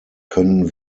können